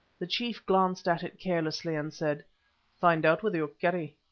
the chief glanced at it carelessly, and said find out with your kerrie.